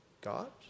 God